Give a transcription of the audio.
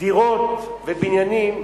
דירות ובניינים,